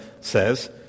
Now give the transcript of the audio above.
says